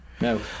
No